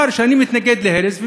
אני מתנגד להרס,